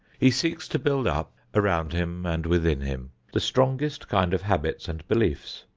he seeks to build up around him and within him the strongest kind of habits and beliefs.